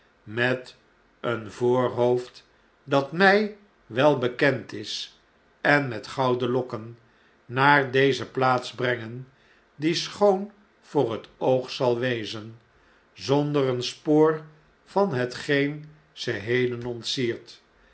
met een voorhoofd dat my welbekend is en met gouden lokken naar deze plaats brengen die schoon voor het oog zal wezen zonder een spoor van hetgeen ze heden